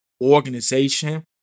organization